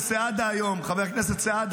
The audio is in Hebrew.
חבר הכנסת סעדה,